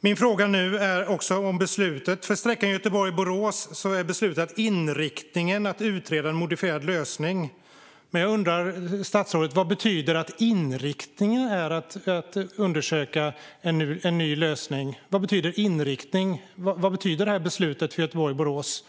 Min fråga nu gäller också beslutet om sträckan Göteborg-Borås, där inriktningen är att utreda en modifierad lösning. Jag undrar, statsrådet: Vad betyder det att inriktningen är att undersöka en ny lösning? Vad betyder inriktning? Vad betyder detta beslut för Göteborg-Borås?